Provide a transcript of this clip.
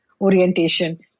orientation